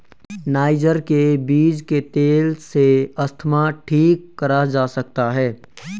niger के बीज के तेल से अस्थमा ठीक करा जा सकता है